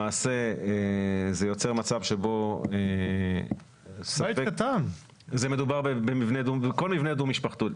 למעשה זה יוצר מצב שבו כל מבנה דו משפחתי,